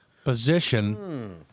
position